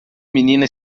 menina